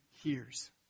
hears